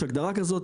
יש הגדרה כזאת,